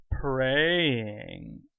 praying